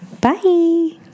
Bye